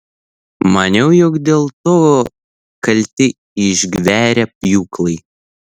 maniau jog dėl to kalti išgverę pjūklai